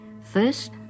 First